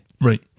Right